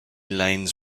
lanes